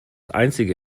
einzige